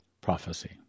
PROPHECY